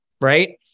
right